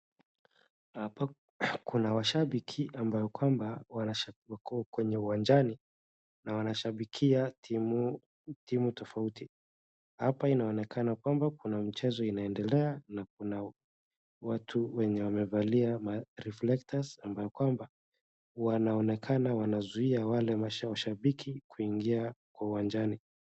Hapa kuna washabiki ambao kwamba wanashabikia wako kwenye uwanjani na wanashabikia timu, timu tofauti, hapa inaonekana kwamba kuna mchezo inanedelea na kuna watu wenye wamevalia mareflectors ambayo kwamba wanaonekana wanazuia wale washabiki kuingia kwa uwanjani.